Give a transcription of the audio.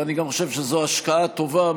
ואני גם חושב שזו השקעה טובה,